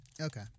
Okay